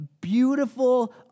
beautiful